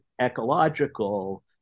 ecological